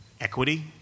equity